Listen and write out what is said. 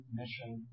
mission